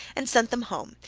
and sent them home,